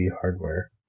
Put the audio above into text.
hardware